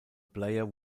player